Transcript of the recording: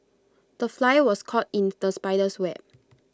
the fly was caught in the spider's web